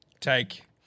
take